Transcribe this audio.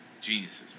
geniuses